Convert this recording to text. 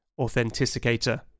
authenticator